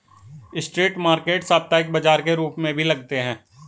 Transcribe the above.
street market साप्ताहिक बाजार के रूप में भी लगते हैं